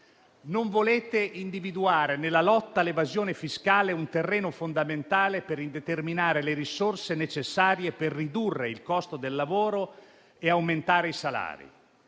Non volete individuare nella lotta all'evasione fiscale un terreno fondamentale per determinare le risorse necessarie per ridurre il costo del lavoro e aumentare i salari.